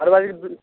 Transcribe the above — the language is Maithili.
अरे